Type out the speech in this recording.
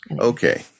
Okay